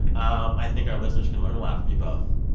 um i think our listeners can learn a lot from you both.